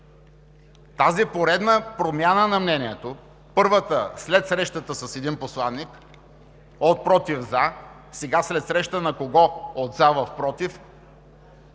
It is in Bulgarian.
Тази поредна промяна на мнението, първата, след срещата с един посланик, от „против“ – „за“, сега, след срещата на кого, от „за“ в „против“?